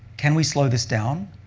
can we slow this down,